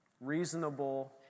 reasonable